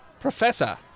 Professor